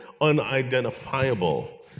unidentifiable